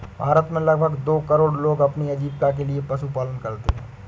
भारत में लगभग दो करोड़ लोग अपनी आजीविका के लिए पशुपालन करते है